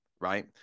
right